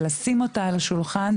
ולשים אותה על השולחן,